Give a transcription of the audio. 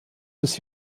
des